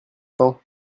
temps